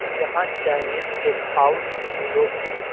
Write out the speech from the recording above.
یہاں Chinese take out ڈھونڈو please